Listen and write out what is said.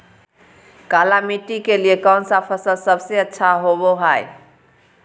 काली मिट्टी के लिए कौन फसल सब से अच्छा होबो हाय?